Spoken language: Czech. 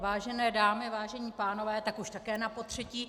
Vážené dámy, vážení pánové, tak už také napotřetí.